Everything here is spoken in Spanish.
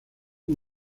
muy